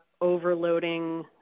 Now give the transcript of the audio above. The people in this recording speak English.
overloading